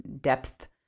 depth